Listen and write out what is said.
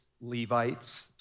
Levites